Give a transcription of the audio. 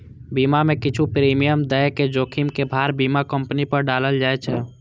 बीमा मे किछु प्रीमियम दए के जोखिम के भार बीमा कंपनी पर डालल जाए छै